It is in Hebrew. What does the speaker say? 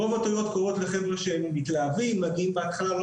רוב התאונות קורות לחבר'ה שמתלהבים בהתחלה,